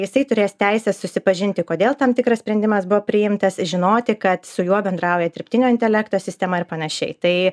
jisai turės teisę susipažinti kodėl tam tikras sprendimas buvo priimtas žinoti kad su juo bendrauja dirbtinio intelekto sistema ar panašiai tai